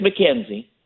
McKenzie